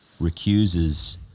recuses